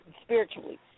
spiritually